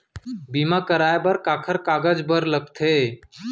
बीमा कराय बर काखर कागज बर लगथे?